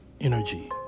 energy